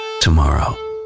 tomorrow